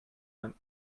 want